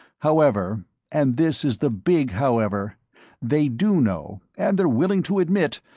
however and this is the big however they do know, and they're willing to admit,